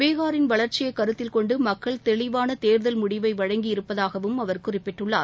பீகாரின் வளர்ச்சியை கருத்தில் கொண்டு மக்கள் தெளிவாள தேர்தல் முடிவை வழங்கி இருப்பதாகவும் அவர் குறிப்பிட்டுள்ளார்